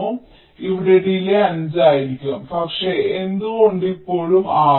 അതിനാൽ ഇവിടെ ഡിലേയ് 5 ആയിരിക്കും പക്ഷേ എന്തുകൊണ്ട് ഇപ്പോഴും 6